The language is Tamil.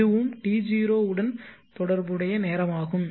இதுவும் T0 உடன் தொடர்புடைய நேரமாகும்